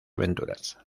aventuras